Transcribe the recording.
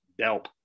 Delp